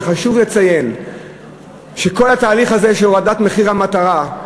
חשוב לציין שכל התהליך הזה של הורדת מחיר המטרה,